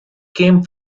came